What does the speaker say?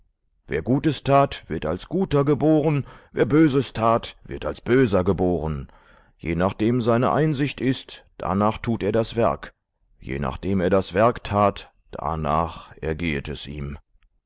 wer gutes tat wird als guter geboren wer böses tat wird als böser geboren je nachdem seine einsicht ist danach tut er das werk je nachdem er das werk tat danach ergehet es ihm